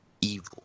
evil